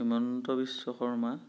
Himanta Biswa Sharma